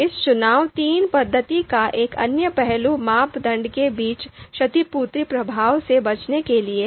इस चुनाव III पद्धति का एक अन्य पहलू मापदंड के बीच क्षतिपूर्ति प्रभाव से बचने के लिए है